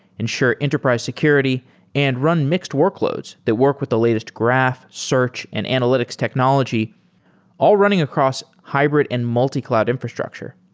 ensure enterprise security and run mixed workloads that work with the latest graph, search and analytics technology all running across hybrid and multi-cloud infrastructure.